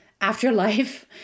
afterlife